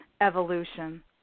evolution